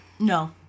No